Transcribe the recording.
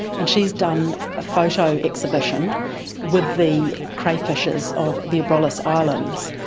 and she has done a photo exhibition with the cray fishers of the abrolhos islands.